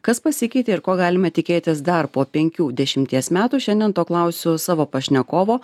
kas pasikeitė ir ko galime tikėtis dar po penkių dešimties metų šiandien to klausiu savo pašnekovo